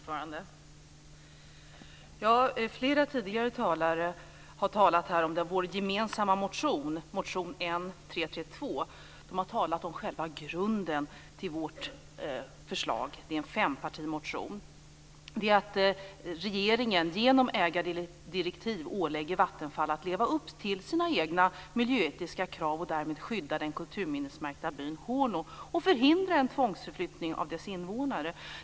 Fru talman! Flera tidigare talare har tagit upp vår gemensamma fempartimotion N332. De har talat om själva grunden till vårt förslag. Regeringen bör genom ägardirektiv ålägga Vattenfall att leva upp till sina egna miljöetiska krav och därmed skydda den kulturminnesmärkta byn Horno och förhindra en tvångsförflyttning av dess invånare.